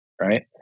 right